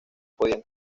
podían